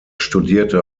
studierte